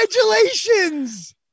congratulations